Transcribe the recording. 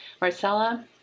Marcella